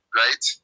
right